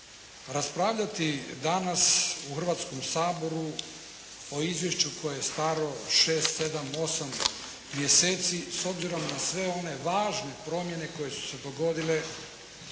Raspravljati danas u Hrvatskom saboru, o Izvješću koje je staro 6, 7, 8 mjeseci, s obzirom na sve one važne promjene koje su se dogodile